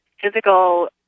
physical